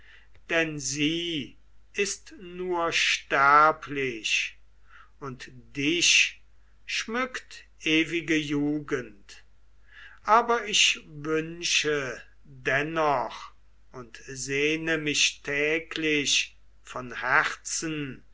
denn sie ist nur sterblich und dich schmückt ewige jugend aber ich wünsche dennoch und sehne mich täglich von herzen